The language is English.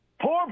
poor